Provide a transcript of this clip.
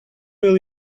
will